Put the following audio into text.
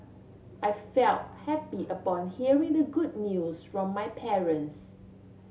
I felt happy upon hearing the good news from my parents